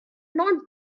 not